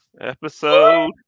Episode